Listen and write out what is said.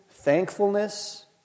Thankfulness